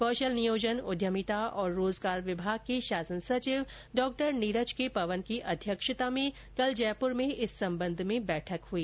कौशल नियोजन उद्यमिता और रोजगार विभाग के शासन सचिव डॉ नीरज के पवन की अध्यक्षता में कल जयपुर में इस संबंध में बैठक हुई